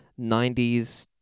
90s